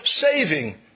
saving